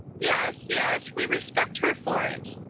yes, yes, we respect her for it.